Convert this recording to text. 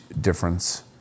difference